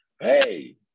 Hey